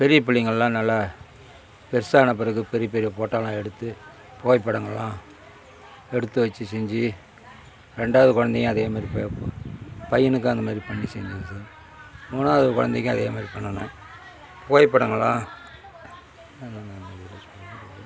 பெரிய பிள்ளைங்கள்லாம் நல்லா பெரிசான பிறகு பெரிய பெரிய ஃபோட்டோலாம் எடுத்து புகைப்படங்கள்லாம் எடுத்து வச்சு செஞ்சு ரெண்டாவது குழந்தையும் அதே மாதிரி பையனுக்கும் அந்த மாதிரி பண்ணி செஞ்சது சார் மூணாவது குழந்தைக்கும் அதே மாதிரி பண்ணினேன் புகைப்படங்கள்லாம்